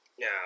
now